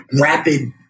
rapid